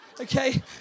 Okay